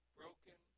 broken